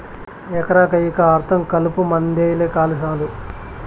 ఎకరా కయ్యికా అర్థం కలుపుమందేలే కాలి సాలు